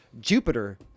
Jupiter